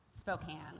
Spokane